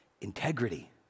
Integrity